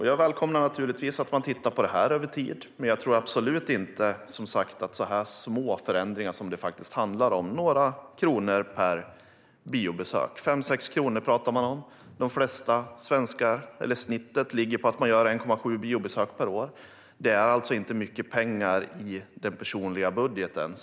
Jag välkomnar naturligtvis att man över tid tittar på dessa frågor, men jag tror absolut inte att så små förändringar som det faktiskt handlar om, några kronor per biobesök, 5-6 kronor, snittet är 1,7 biobesök per år, är så mycket pengar i den personliga budgeten.